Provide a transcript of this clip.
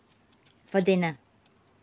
for dinner